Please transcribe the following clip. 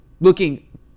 looking